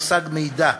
במושג מידע,